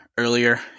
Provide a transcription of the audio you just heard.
earlier